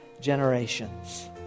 generations